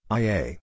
ia